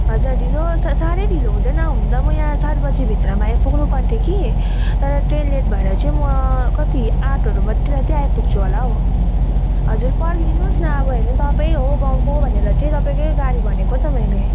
हजार ढिलो साह्रै ढिलो हुँदैन हुन त म यहाँ सात बजी भित्रमा आइपुग्नु पर्थ्यो कि तर ट्रेन लेट भएर चाहिँ म कति आठहरू बजीतिर चाहिँ आइपुग्छु होला हौ हजुर पर्खिदिनुहोस् न अब होइन तपाईँ हो गाउँको भनेर चाहिँ तपाईँकै गाडी भनेको त मैले